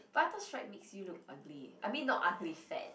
but I thought stripe makes you look ugly I mean not ugly fat